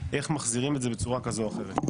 איך מחזירים את זה בצורה כזו או אחרת.